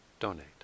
donate